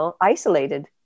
isolated